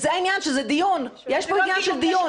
זה העניין, שזה דיון, יש פה עניין של דיון.